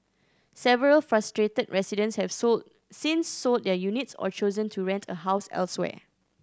several frustrated residents have sold since sold their units or chosen to rent a house elsewhere